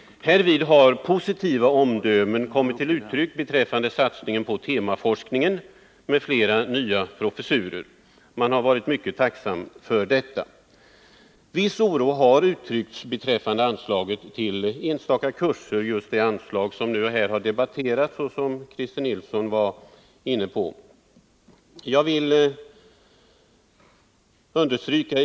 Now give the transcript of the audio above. Härvid har positiva omdömen kommit till uttryck beträffande satsningen på temaforskningen med flera nya professurer. Man har varit mycket tacksam för detta. Viss oro har uttryckts beträffande anslaget till enstaka kurser — just det anslag som nu har debatterats och som Christer Nilsson var inne på.